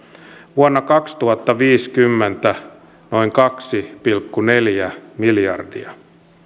vuonna kaksituhattaviisikymmentä noin kaksi pilkku neljä miljardia